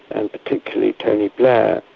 and particularly tony blair,